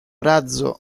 razzo